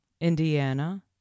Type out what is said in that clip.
Indiana